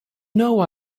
know